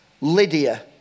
Lydia